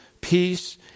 peace